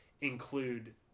include